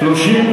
(תיקון,